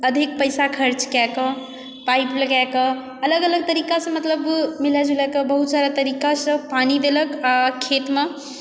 अधिक पैसा खर्च कएकऽ पाइप लगाके अलग अलग तरीकासँ मतलब मिला जुला कऽ बहुत सारा तरीकासँ पानी देलक आ खेतमऽ आ